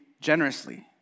generously